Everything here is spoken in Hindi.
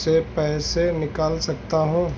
से पैसे निकाल सकता हूं?